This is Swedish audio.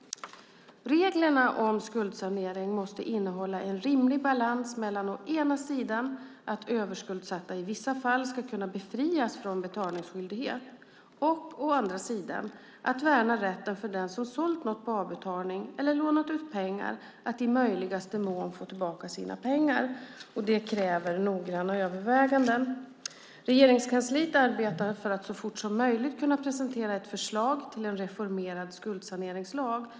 Reglerna om skuldsanering måste innehålla en rimlig balans mellan å ena sidan att överskuldsatta i vissa fall ska kunna befrias från betalningsskyldighet och å andra sidan att värna rätten för den som sålt något på avbetalning eller lånat ut pengar att i möjligaste mån få tillbaka sina pengar. Detta kräver noggranna överväganden. Regeringskansliet arbetar för att så fort som möjligt kunna presentera ett förslag till en reformerad skuldsaneringslag.